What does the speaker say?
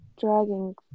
dragging